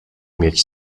mieć